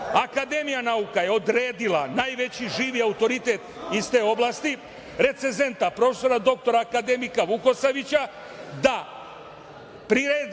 Akademija nauka je odredila najveći živi autoritet iz te oblasti recenzenta prof. dr akademika Vukosavića da priredi